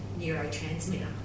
neurotransmitter